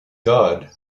god